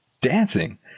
dancing